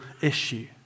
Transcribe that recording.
issue